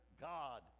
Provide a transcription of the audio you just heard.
God